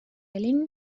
linn